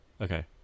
Okay